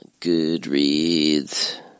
Goodreads